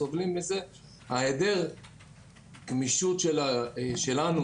יש היעדר גמישות שלנו